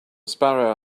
sparrow